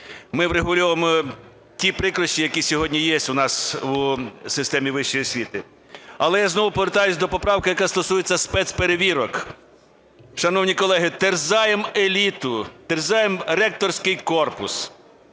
ми врегульовуємо ті прикрощі, які сьогодні є в нас у системі вищої освіти. Але я знову повертаюсь до поправки, яка стосується спецперевірок. Шановні колеги, терзаємо еліту, терзаємо ректорський корпус.